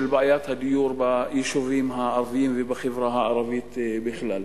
בעיית הדיור ביישובים הערביים ובחברה הערבית בכלל.